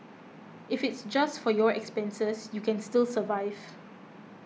if it's just for your expenses you can still survive